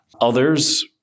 Others